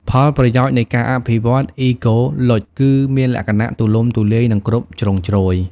ផលប្រយោជន៍នៃការអភិវឌ្ឍ Eco-Lodge គឺមានលក្ខណៈទូលំទូលាយនិងគ្រប់ជ្រុងជ្រោយ។